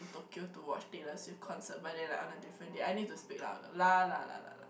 Tokyo to watch Taylor Swift concert but then like on a different day I need to speak louder